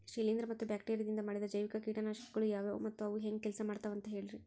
ಶಿಲೇಂಧ್ರ ಮತ್ತ ಬ್ಯಾಕ್ಟೇರಿಯದಿಂದ ಮಾಡಿದ ಜೈವಿಕ ಕೇಟನಾಶಕಗೊಳ ಯಾವ್ಯಾವು ಮತ್ತ ಅವು ಹೆಂಗ್ ಕೆಲ್ಸ ಮಾಡ್ತಾವ ಅಂತ ಹೇಳ್ರಿ?